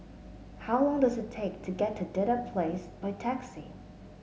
how long does it take to get to Dedap Place by taxi